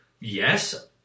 yes